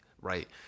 right